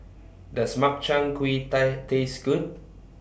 Does Makchang Gui Taste Good